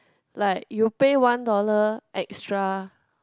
like you pay one dollar extra